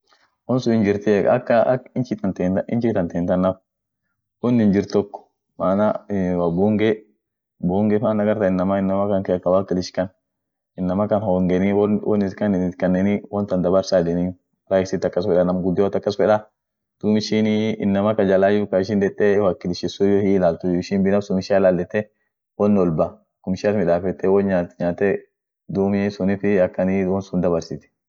Australian ada ishia ada birii inama bere sun jiruu inama ak dunga sun gudion bere sun jirti inama beresun jirit jira yeden inama ak aboregol and torestret land yedeni inama gan elfu afurtamatif iyo elfu jatama achisun jirr dumii ishinin gudion birite ira dufti bere ishin jirsune culture ishia suni ada ishia suni bere ishin jirsuni dumii dini ishianen kiristoa won ishia yote ufumtegemetie